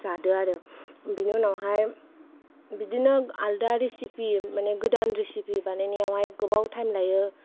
बेनि उनावहाय बिदिनो आलदा रिचिपि माने गोदान रिचिपि बानायनायावहाय गोबाव टाइम लायो